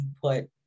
put